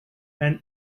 and